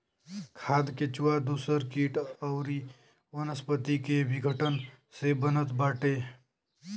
खाद केचुआ दूसर किट अउरी वनस्पति के विघटन से बनत बाटे